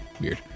weird